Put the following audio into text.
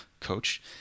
coach